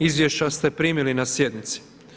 Izvješća ste primili na sjednici.